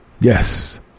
Yes